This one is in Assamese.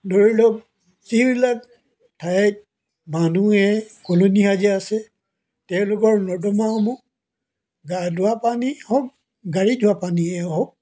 ধৰি লওক যিবিলাক ঠাইত মানুহে কলনি সাজি আছে তেওঁলোকৰ নৰ্দমাসমূহ গা ধোৱা পানী হওক গাড়ী ধোৱা পানীয়ে হওক